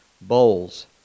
bowls